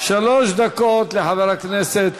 שלוש דקות לחבר הכנסת